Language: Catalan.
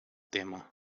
tema